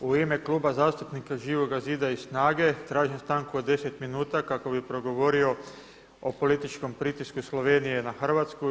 U ime Kluba zastupnika Živoga zida i SNAGA-e tražim stanku od 10 minuta kako bih progovorio o političkom pritisku Slovenije na Hrvatsku.